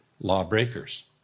lawbreakers